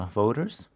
voters